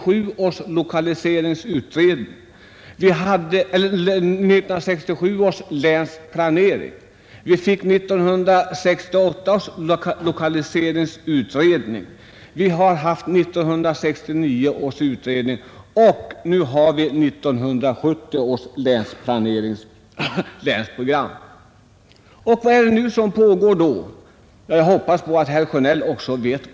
Därefter kom 1967 års länsplanering, 1968 års lokaliseringsutredning, 1969 års utredning på området och slutligen 1970 års länsprogram, Vad är det då som pågår för närvarande? Jag hoppas verkligen att också herr Sjönell känner till detta.